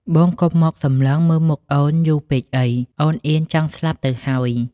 បងកុំមកសម្លឹងមើលមុខអូនយូរពេកអី អូនអៀនចង់ស្លាប់ទៅហើយ។